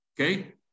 Okay